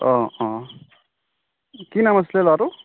অঁ অঁ কি নাম আছিলে ল'ৰাটো